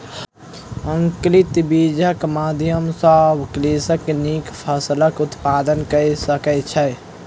अंकुरित बीजक माध्यम सॅ कृषक नीक फसिलक उत्पादन कय सकै छै